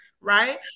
right